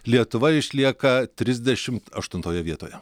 lietuva išlieka trisdešimt ašuntoje vietoje